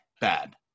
bad